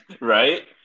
right